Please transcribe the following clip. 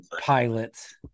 pilots